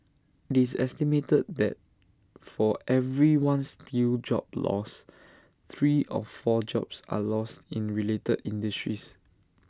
IT is estimated that for every one steel job lost three or four jobs are lost in related industries